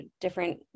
different